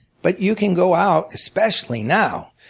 but you can go out, especially now,